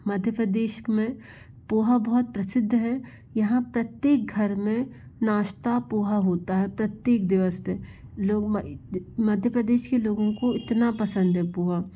मध्य प्रदेश में पोहा बहुत प्रसिद्ध है यहाँ प्रत्येक घर में नाश्ता पोहा होता है प्रत्येक दिवस पर लोग मध्य प्रदेश के लोगों को इतना पसंद है पोहा